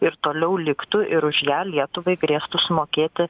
ir toliau liktų ir už ją lietuvai grėstų sumokėti